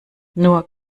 nur